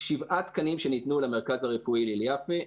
שבעה תקנים שניתנו למרכז הרפואי הלל יפה,